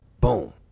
boom